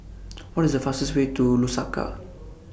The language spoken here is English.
What IS The fastest Way to Lusaka